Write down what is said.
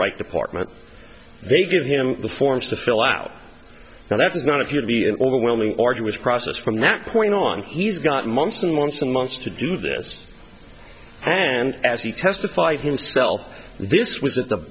right department they give him the forms to fill out now that's not appear to be an overwhelming arduous process from that point on he's got months and months and months to do this and as he testified himself this was at the